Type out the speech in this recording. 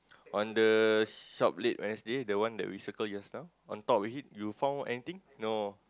on the shop late Wednesday the one that we circle just now on top of it you found anything no